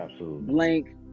blank